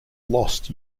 lost